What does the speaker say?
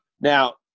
Now